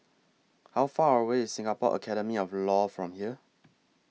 How Far away IS Singapore Academy of law from here